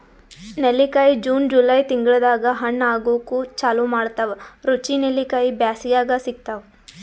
ನೆಲ್ಲಿಕಾಯಿ June July ತಿಂಗಳ್ದಾಗ್ ಹಣ್ಣ್ ಆಗೂಕ್ ಚಾಲು ಮಾಡ್ತಾವ್ ರುಚಿ ನೆಲ್ಲಿಕಾಯಿ ಬ್ಯಾಸ್ಗ್ಯಾಗ್ ಸಿಗ್ತಾವ್